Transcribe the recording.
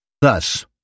Thus